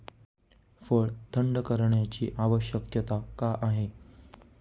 फळ थंड करण्याची आवश्यकता का आहे?